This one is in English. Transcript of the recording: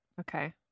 Okay